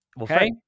Okay